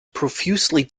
profusely